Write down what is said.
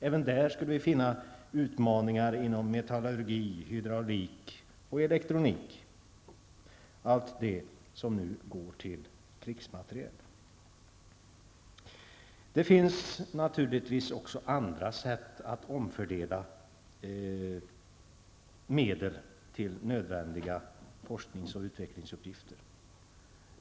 Även där skulle vi finna utmaningar inom metallurgi, hydraulik -- allt det som nu går till krigsmateriel. Det finns naturligtvis också andra sätt att omfördela medel till andra nödvändiga forskningsoch utvecklingsuppgifter.